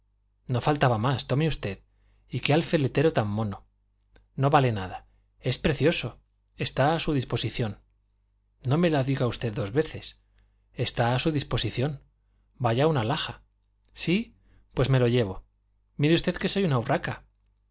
no faltaba más tome usted y qué alfiletero tan mono no vale nada es precioso está a su disposición no me lo diga usted dos veces está a su disposición vaya una alhaja sí pues me lo llevo mire usted que yo soy una urraca